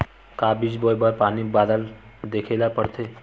का बीज बोय बर पानी बादल देखेला पड़थे?